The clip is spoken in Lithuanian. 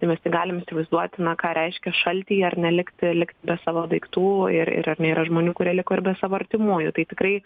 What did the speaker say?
tai visi galim įsivaizduoti na ką reiškia šaltyje ar ne likti likt be savo daiktų ir ir ar nėra žmonių kurie liko ir be savo artimųjų tai tikrai